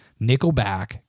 Nickelback